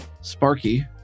Sparky